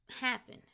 happen